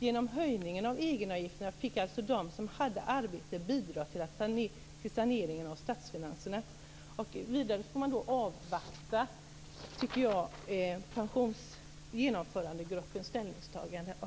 Genom höjningen av egenavgifterna fick alltså de som hade arbete bidra till saneringen av statsfinanserna. Vidare tycker jag att man får avvakta genomförandegruppens ställningstagande.